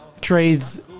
trades